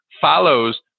follows